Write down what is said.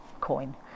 coin